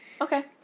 okay